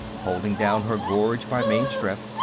holding down her gorge by main strength.